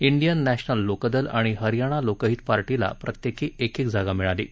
Indian नध्यमिल लोकदल आणि हरयाणा लोकहित पार्टीला प्रत्येकी एक एक जागा मिळाली आहे